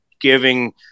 giving